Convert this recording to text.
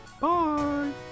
Bye